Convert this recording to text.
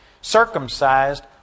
circumcised